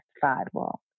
Sidewall